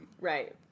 Right